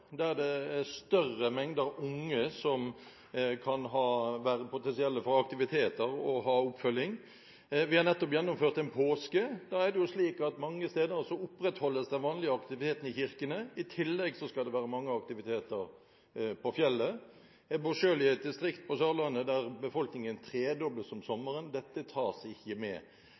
er en større mengde unge som kan ha potensial for aktiviteter og ha oppfølging. Vi har nettopp gjennomført en påske. Da er det slik at mange steder opprettholdes den vanlige aktiviteten i kirkene. I tillegg skal det være mange aktiviteter på fjellet. Jeg bor selv i et distrikt på Sørlandet, der befolkningen tredobles om sommeren. Dette tas det ikke